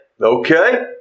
Okay